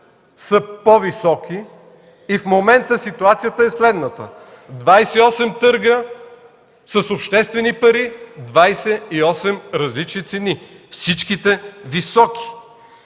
са по-високи. И в момента ситуацията е следната – 28 търга с обществени пари, 28 различни цени, всичките високи!